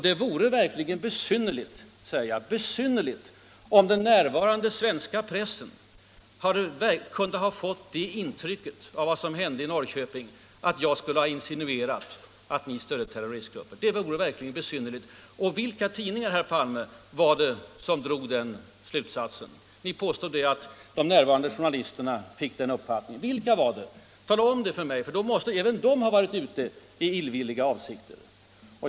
Det vore utomordentligt besynnerligt om den närvarande svenska pressen kunde ha fått det intrycket av vad som hände i Norrköping, att jag insinuerade att ni stödde terroristgrupper. Vilka tidningar var det, herr Palme, som dragit den slutsatsen? Ni påstår att de närvarande journalisterna fick den uppfattningen. Vilka var det? Tala om det för mig, för då måste även de ha varit ute i illvilliga avsikter.